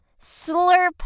Slurp